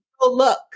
look